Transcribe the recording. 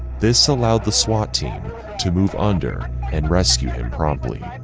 this allowed the swat team to move under and rescue him promptly,